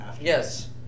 Yes